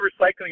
recycling